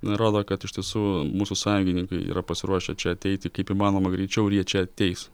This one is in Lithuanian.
na rodo kad iš tiesų mūsų sąjungininkai yra pasiruošę čia ateiti kaip įmanoma greičiau ir jie čia ateis